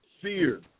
Fear